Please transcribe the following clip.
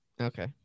Okay